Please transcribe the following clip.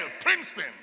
Princeton